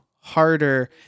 harder